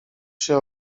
się